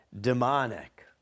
demonic